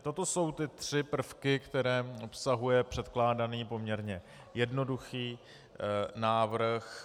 Toto jsou tři prvky, které obsahuje předkládaný poměrně jednoduchý návrh.